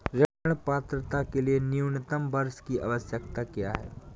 ऋण पात्रता के लिए न्यूनतम वर्ष की आवश्यकता क्या है?